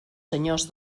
senyors